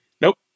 Nope